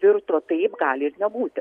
tvirto taip gali nebūti